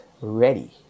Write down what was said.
ready